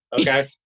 Okay